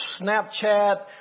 Snapchat